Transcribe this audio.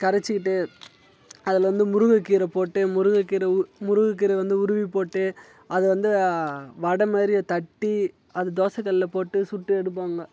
கரைச்சிக்கிட்டு அதில் வந்து முருங்கைக்கீரை போட்டு முருங்கைக்கீரை உ முருங்கைக்கீர வந்து உருவி போட்டு அதை வந்து வடை மாதிரியே தட்டி அது தோசைக்கல்லுல போட்டு சுட்டு எடுப்பாங்க